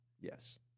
Yes